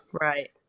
Right